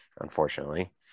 unfortunately